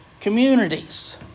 communities